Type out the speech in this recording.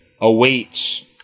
awaits